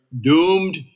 doomed